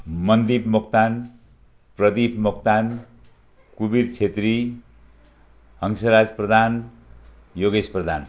Mandip Moktan Pradeep Moktan Kuber Chhetri Hansraj Pradhan Yogesh Pradhan